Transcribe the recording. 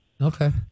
Okay